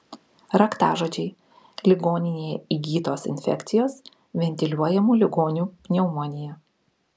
raktažodžiai ligoninėje įgytos infekcijos ventiliuojamų ligonių pneumonija